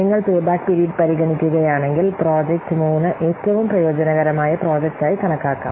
നിങ്ങൾ payback period പരിഗണിക്കുകയാണെങ്കിൽ project 3 ഏറ്റവും പ്രയോജനകരമായ പ്രോജക്റ്റായി കണക്കാക്കാം